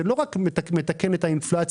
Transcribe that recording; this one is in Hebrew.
זה לא רק מתקן את האינפלציה,